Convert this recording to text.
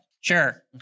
Sure